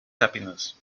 happiness